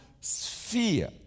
sphere